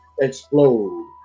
explode